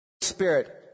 Spirit